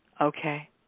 Okay